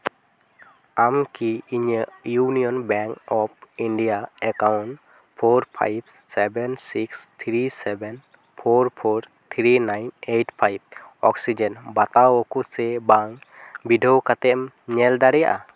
ᱟᱢ ᱠᱤ ᱤᱧᱟᱹᱜ union bank of India account four five seven six three seven four four three nine eight five oxygen ᱵᱟᱛᱟᱣᱟᱠᱚ ᱥᱮ ᱵᱟᱝ ᱵᱤᱰᱟᱹᱣ ᱠᱟᱛᱮᱢ ᱧᱮᱞ ᱫᱟᱲᱮᱭᱟᱜᱼᱟ